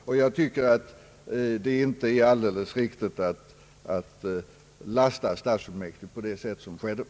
Jag tycker därför att det inte är alldeles riktigt att lasta stadsfullmäktige på det sätt som här skett.